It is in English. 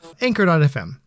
Anchor.fm